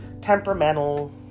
temperamental